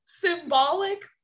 symbolic